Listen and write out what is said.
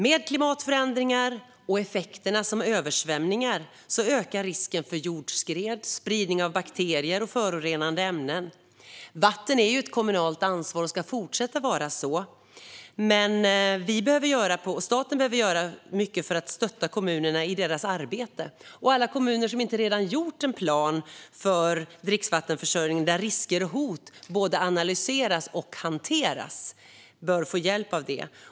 Med klimatförändringar och effekter som översvämningar ökar risken för jordskred och spridning av bakterier och förorenande ämnen. Vatten är ett kommunalt ansvar och ska fortsätta vara så, men staten behöver göra mycket för att stötta kommunerna i deras arbete. Alla kommuner som inte redan gjort en plan för dricksvattenförsörjning där risker och hot både analyseras och hanteras bör få hjälp med det.